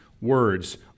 words